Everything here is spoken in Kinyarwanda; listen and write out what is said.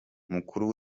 mukuru